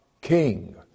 king